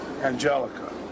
Angelica